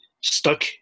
stuck